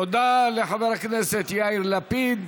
תודה לחבר הכנסת יאיר לפיד.